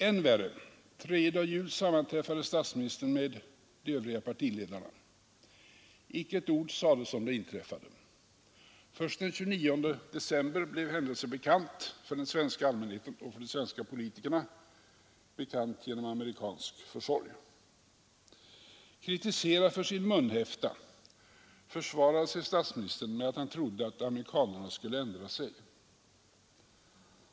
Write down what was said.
Än värre: Tredjedag jul sammanträffade statsministern med de övriga partiledarna. Icke ett enda ord sades emellertid om det inträffade. Först den 29 december blev händelsen bekant för den svenska allmänheten och de svenska politikerna — genom amerikansk försorg. Kritiserad för sin munhäfta försvarade sig statsministern med att han trodde att amerikanerna skulle ändra sig.